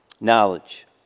Knowledge